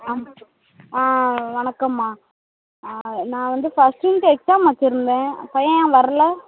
ஆ வணக்கம்மா ஆ நான் வந்து ஃபர்ஸ்ட் யூனிட்டு எக்ஸாம் வச்சுருந்தேன் பையன் ஏன் வரலை